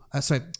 Sorry